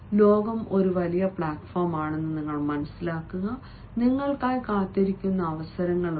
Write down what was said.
ലോകം ഒരു വലിയ പ്ലാറ്റ്ഫോമാണ് നിങ്ങൾക്കായി കാത്തിരിക്കുന്ന അവസരങ്ങളുണ്ട്